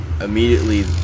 immediately